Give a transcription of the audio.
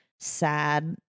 sad